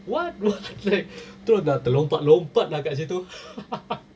what like terus dah terlompat-lompat kat situ